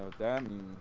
them